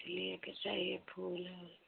ले के चाहिए फूल और